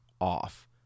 off